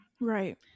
right